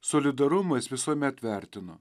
solidarumą jis visuomet vertino